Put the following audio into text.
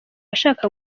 ashaka